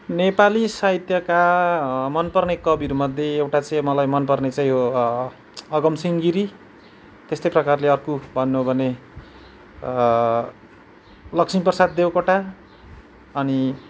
नेपाली साहित्यका मनपर्ने कविहरूमध्ये एउटा चाहिँ मलाई मनपर्ने चाहिँ यो अगमसिंह गिरी त्यस्तै प्रकारले अर्को भन्नु हो भने लक्ष्मीप्रसाद देवकोटा अनि